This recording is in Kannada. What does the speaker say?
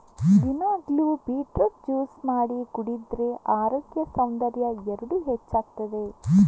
ದಿನಾಗ್ಲೂ ಬೀಟ್ರೂಟ್ ಜ್ಯೂಸು ಮಾಡಿ ಕುಡಿದ್ರೆ ಅರೋಗ್ಯ ಸೌಂದರ್ಯ ಎರಡೂ ಹೆಚ್ಚಾಗ್ತದೆ